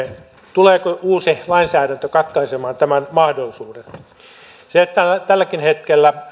tuleeko uusi lainsäädäntö katkaisemaan tämän mahdollisuuden tälläkin hetkellä